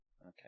Okay